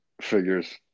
figures